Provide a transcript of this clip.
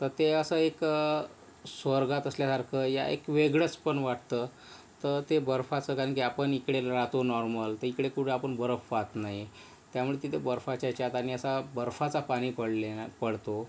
तर ते असं एक स्वर्गात असल्यासारखं या एक वेगळंच पण वाटतं तर ते बर्फाचं कारण की आपण इकडे राहतो नॉर्मल तर इकडे कुठे आपण बर्फ पाहत नाही त्यामुळे तिथे बर्फाच्या ह्याच्यात आणि असा बर्फाचा पाणी पडल्या पडतो